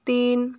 তিন